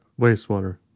Wastewater